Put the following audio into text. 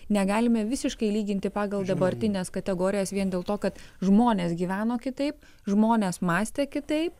negalime visiškai lyginti pagal dabartines kategorijas vien dėl to kad žmonės gyveno kitaip žmonės mąstė kitaip